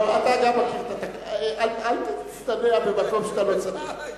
אתה גם מכיר, אל תצטנע במקום שאתה לא צריך.